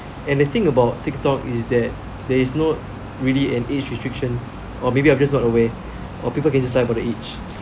and the thing about tik tok is that there is not really an age restriction or maybe I'm just not aware or people can just lie about the age